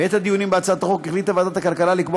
בעת הדיונים בהצעת החוק החליטה ועדת הכלכלה לקבוע